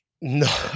No